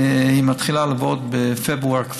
מתחילה לעבוד כבר בפברואר.